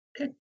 okay